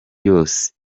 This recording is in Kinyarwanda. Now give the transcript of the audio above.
yose